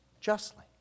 justly